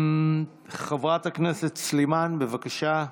חברת הכנסת סלימאן, בבקשה.